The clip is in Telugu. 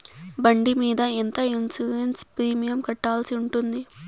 బండి మీద ఎంత ఇన్సూరెన్సు ప్రీమియం కట్టాల్సి ఉంటుంది?